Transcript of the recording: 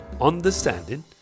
understanding